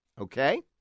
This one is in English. Okay